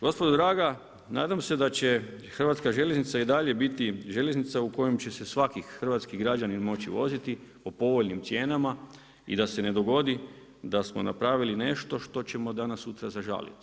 Gospodo draga, nadam se da će Hrvatska željeznica i dalje biti željeznica u kojom će se svaki hrvatski građanin moći voziti po povoljnim cijenama i da se ne dogodi da smo napravili nešto što ćemo danas sutra zažaliti.